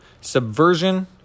subversion